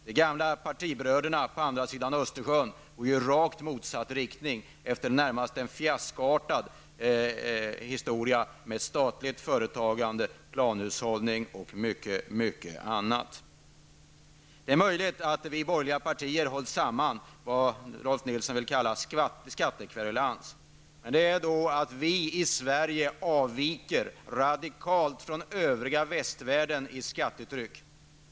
De gamla partibröderna på andra sidan Östersjön går i rakt motsatt riktning efter en närmast fiaskoartad historia med statligt företagande, planhushållning och mycket annat. Det är möjligt att vi borgerliga partier hålls samman av vad Rolf L Nilson kallar skattekverulans. Men skattetrycket i Sverige avviker radikalt från skattetrycket i övriga västvärlden.